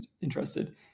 interested